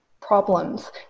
problems